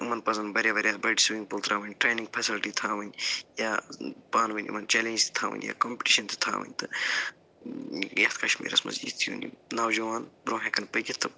یِمَن پَزَن واریاہ واریاہ بٔڑۍ سِوِنٛگ پوٗل تراوٕنۍ ٹریننگ فیسلٹی تھاوٕنۍ یا پانہٕ وٲنۍ یِمَن چَلینج تہِ تھاوٕنۍ یا کَمپِٹیشَن تہِ تھاوٕنۍ تہٕ یَتھ کَشمیٖرَس منٛز یِژھ یہِ نوجوان برونٛہہ ہٮ۪کَن پٔکِتھ تہٕ